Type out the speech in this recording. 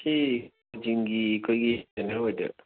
ꯁꯤ ꯖꯤꯝꯒꯤ ꯑꯩꯈꯣꯏꯒꯤ ꯇ꯭ꯔꯦꯅꯔ ꯑꯣꯏꯕꯤꯔꯕ꯭ꯔꯥ